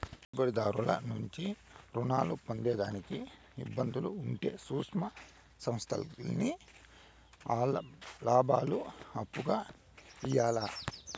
పెట్టుబడిదారుల నుంచి రుణాలు పొందేదానికి ఇబ్బందులు ఉంటే సూక్ష్మ సంస్థల్కి ఆల్ల లాబాలు అప్పుగా ఇయ్యాల్ల